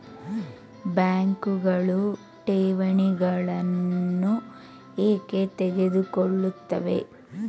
ಬ್ಯಾಂಕುಗಳು ಠೇವಣಿಗಳನ್ನು ಏಕೆ ತೆಗೆದುಕೊಳ್ಳುತ್ತವೆ?